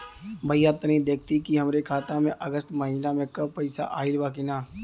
भईया तनि देखती की हमरे खाता मे अगस्त महीना में क पैसा आईल बा की ना?